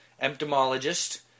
entomologist